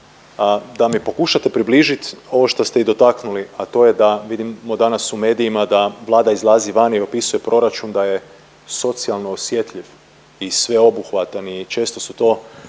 da mi pokušate približit ovo što ste i dotaknuli, a to je da vidimo danas u medijima da Vlada izlazi van i opisuje proračun da je socijalno osjetljiv i sveobuhvatan i često su to,